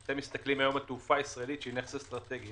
אתם מסתכלים על התעופה הישראלית שהיא נכס אסטרטגי.